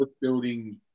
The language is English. building